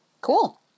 Cool